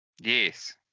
yes